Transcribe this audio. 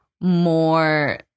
more